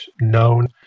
known